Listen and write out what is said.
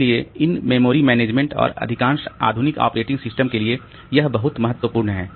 इसलिए इन memory management और अधिकांश आधुनिक ऑपरेटिंग सिस्टम के लिए यह बहुत महत्वपूर्ण है